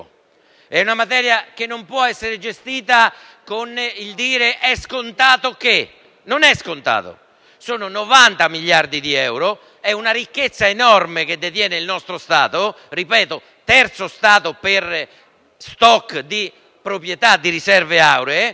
è una materia che non può essere gestita dicendo: «è scontato che» perché non è scontato. Sono 90 miliardi di euro, è una ricchezza enorme che il nostro Stato detiene, ripeto, il terzo Stato per *stock* di proprietà di riserve auree,